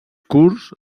curs